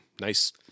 nice